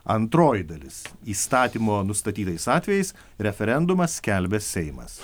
antroji dalis įstatymo nustatytais atvejais referendumą skelbia seimas